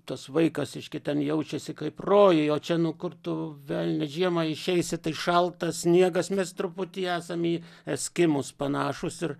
tas vaikas reiškia ten jaučiasi kaip rojuj o čia nu kur tu velnias žiemą išeisi tai šalta sniegas mes truputį esam į eskimus panašūs ir